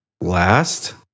Last